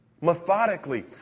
methodically